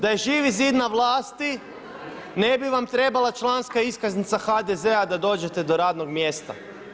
Da je Živi zid na vlasti ne bi vam trebala članska iskaznica HDZ-a da dođete do radnog mjesta.